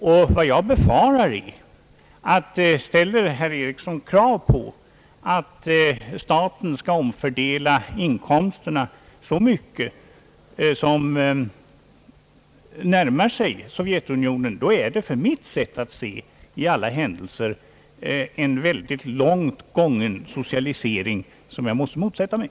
Om herr Eriksson ställer krav på att staten skall omfördela inkomsterna så mycket, att man närmar sig Sovjetunionen, då är det i alla händelser enligt mitt sätt att se fråga om en mycket långt gången socialisering, som jag måste motsätta mig.